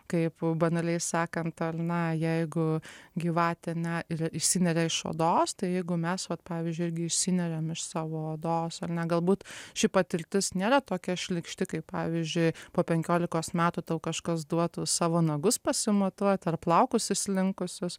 kaip banaliai sakant ar ne jeigu gyvatė ne išsineria iš odos tai jeigu mes vat pavyzdžiui irgi išsineriame iš savo odos ar ne galbūt ši patirtis nėra tokia šlykšti kaip pavyzdžiui po penkiolikos metų tau kažkas duotų savo nagus pasimatuoti ar plaukus išslinkusius